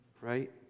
Right